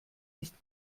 nicht